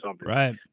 Right